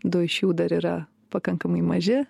du iš jų dar yra pakankamai maži